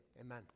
amen